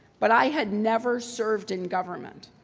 but i had never served in government.